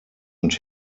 und